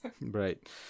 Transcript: Right